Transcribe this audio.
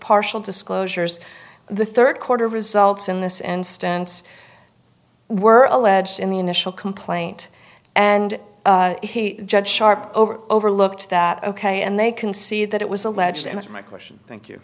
partial disclosures the third quarter results in this instance were alleged in the initial complaint and judge sharp over overlooked that ok and they can see that it was alleged and my question thank